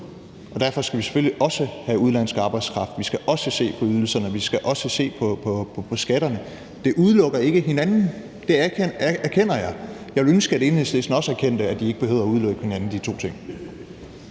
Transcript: derfor skal vi selvfølgelig også have udenlandsk arbejdskraft. Vi skal også se på ydelserne, og vi skal også se på skatterne, og det udelukker ikke hinanden. Det erkender jeg, og jeg ville ønske, at Enhedslisten også erkendte, at de to ting ikke behøvede at udelukke hinanden. Kl.